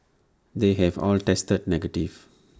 they have all tested negative